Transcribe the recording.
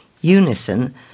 Unison